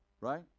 right